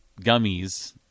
gummies